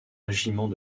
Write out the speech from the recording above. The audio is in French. régiments